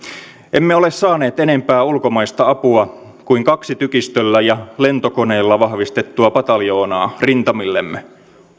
emme ole saaneet enempää ulkomaista apua kuin kaksi tykistöllä ja lentokoneilla vahvistettua pataljoonaa rintamillemme